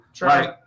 Right